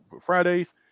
Friday's